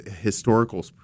historical